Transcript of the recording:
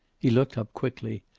he looked up quickly.